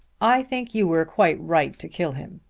i think you were quite right to kill him.